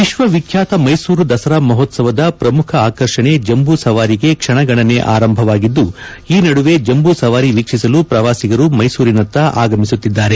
ವಿಶ್ವ ವಿಖ್ಯಾತ ಮೈಸೂರು ದಸರಾ ಮಹೋತ್ಸವದ ಪ್ರಮುಖ ಆಕರ್ಷಣೆ ಜಂಬೂ ಸವಾರಿಗೆ ಕ್ಷಣಗಣನೆ ಆರಂಭವಾಗಿದ್ದು ಈ ನದುವೆ ಜಂಬೂ ಸವಾರಿ ವೀಕ್ಷಿಸಲು ಪ್ರವಾಸಿಗರು ಮೈಸೂರಿನತ್ತ ಆಗಮಿಸುತ್ತಿದ್ದಾರೆ